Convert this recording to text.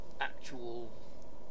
actual